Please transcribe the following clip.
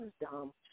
dumb